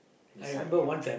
inside you